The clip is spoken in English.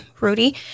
Rudy